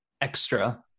extra